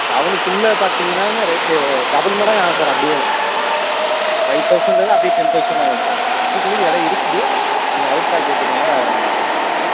டவுனுக்குள்ளே பார்த்திங்கன்னா இன்னும் rate double மடங்கு ஆகும் சார் அப்படியேவும் இப்போ ஃபைவ் தௌசண்ட்றது அப்டியே டென் தௌசண்ட் ஆகும் சார் சிட்டிக்குள்ளேயும் இடம் இருக்குது நீங்க அவுட்ராக கேட்குறதுனால நான் இதை சொல்கிறேன் சார்